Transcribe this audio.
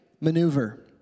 maneuver